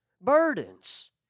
burdens